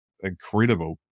incredible